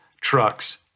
trucks